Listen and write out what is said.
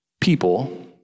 people